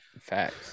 facts